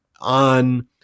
on